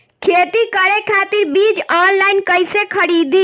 खेती करे खातिर बीज ऑनलाइन कइसे खरीदी?